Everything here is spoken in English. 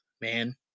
man